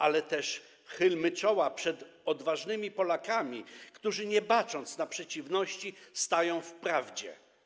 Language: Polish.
Ale też chylmy czoła przed odważnymi Polakami, którzy nie bacząc na przeciwności, stają w prawdzie.